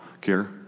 care